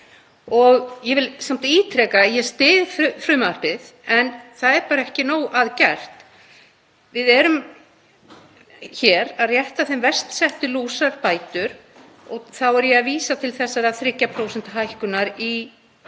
nóg. Ég vil samt ítreka að ég styð frumvarpið en það er bara ekki nóg að gert. Við erum hér að rétta þeim verst settu lúsarbætur og þá er ég að vísa til þessara 3% hækkunar í júní.